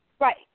Right